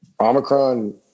Omicron